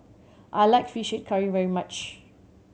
I like Fish Head Curry very much